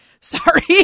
Sorry